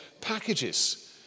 packages